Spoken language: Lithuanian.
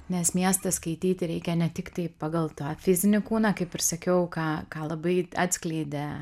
nes miestą skaityti reikia ne tiktai pagal tą fizinį kūną kaip ir sakiau ką ką labai atskleidė